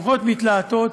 הרוחות מתלהטות,